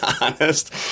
honest